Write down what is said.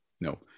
No